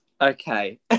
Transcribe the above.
Okay